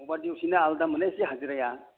अभार दिउथिना आलदा मोननायसै हाजिराया